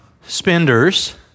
spenders